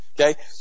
Okay